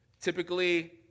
typically